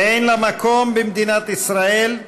אין לה מקום במדינת ישראל,